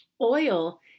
Oil